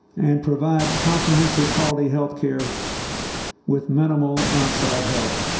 and provide comprehensive, quality health care with minimal outside help.